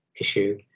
issue